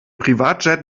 privatjet